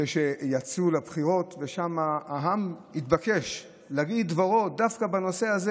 כשיצאו לבחירות ושם העם התבקש להגיד את דברו דווקא בנושא הזה.